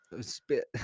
spit